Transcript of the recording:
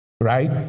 right